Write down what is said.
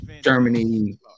Germany